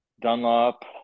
Dunlop